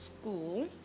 school